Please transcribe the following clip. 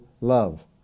love